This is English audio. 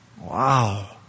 Wow